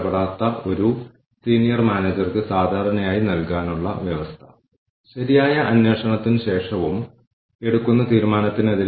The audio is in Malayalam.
കൂടാതെ സമതുലിതമായ സ്കോർകാർഡ് രൂപകൽപ്പന ചെയ്യുകയും വികസിപ്പിക്കുകയും ചെയ്ത കപ്ലാനും നോർട്ടണും ചേർന്നാണ് ഈ പേപ്പർ എഴുതിയത്